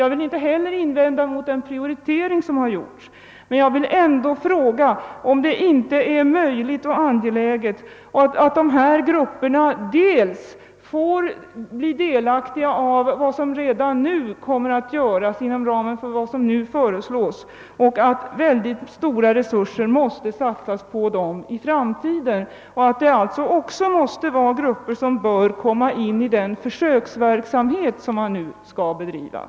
Jag vill inte heller invända någonting mot den prioritering som här har gjorts, men jag vill ändå fråga, om det inte är möjligt att låta dessa grupper bli delaktiga i vad som redan nu kommer att göras inom ramen för vad som föreslås. Det är också angeläget att det satsas mycket på dessa grupper i framtiden och att de kommer med i den försöksverksamhet som nu skall bedrivas.